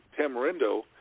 Tamarindo